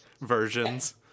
versions